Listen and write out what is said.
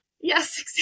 yes